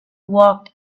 walked